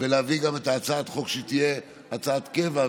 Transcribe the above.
ולהביא הצעת החוק שתהיה הצעת קבע,